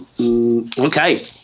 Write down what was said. Okay